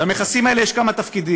למכסים האלה יש כמה תפקידים.